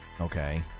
Okay